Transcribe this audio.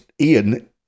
Ian